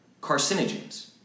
carcinogens